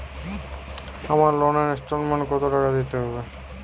আমার লোনের ইনস্টলমেন্টৈ কত টাকা দিতে হবে?